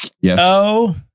Yes